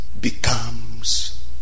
becomes